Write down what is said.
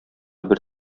бер